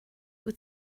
wyt